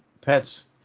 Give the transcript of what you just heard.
pets